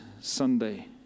Sunday